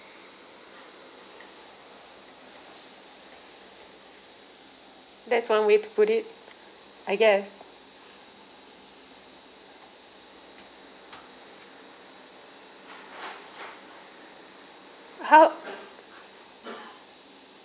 that's one way to put it I guess how